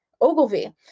Ogilvy